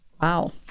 Wow